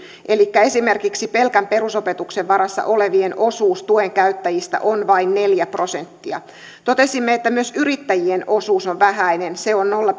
elikkä esimerkiksi pelkän perusopetuksen varassa olevien osuus tuen käyttäjistä on vain neljä prosenttia totesimme että myös yrittäjien osuus on vähäinen se on nolla